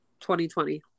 2020